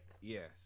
Yes